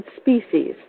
species